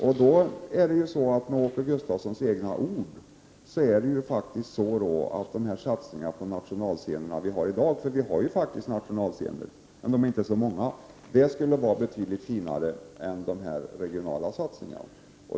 Med Åke Gustavssons egna ord skulle då de nationalscener som vi i dag har — vi har ju faktiskt nationalscener, även om de inte är så många — vara betydligt finare än de regionala scenerna.